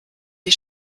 die